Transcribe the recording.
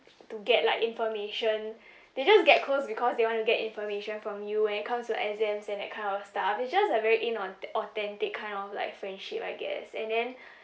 to get like information they just get close because they want to get information from you when it comes to exams and that kind of stuff it's just a very inaun~ authentic kind of like friendship I guess and then